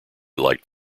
liked